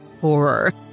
horror